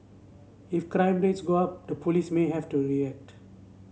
if crime rates go up to police may have to react